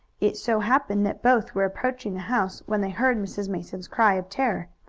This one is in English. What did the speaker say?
it so happened that both were approaching the house when they heard mrs. mason's cry of terror.